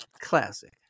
classic